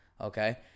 okay